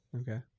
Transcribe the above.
Okay